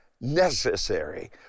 necessary